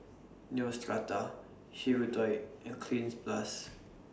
Neostrata Hirudoid and Cleanz Plus